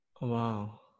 Wow